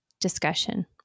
discussion